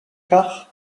kar